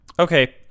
okay